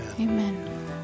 Amen